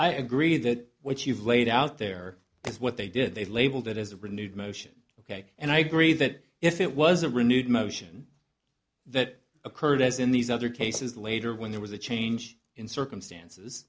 i agree that what you've laid out there is what they did they labeled it as a renewed motion ok and i agree that if it was a renewed motion that occurred as in these other cases later when there was a change in circumstances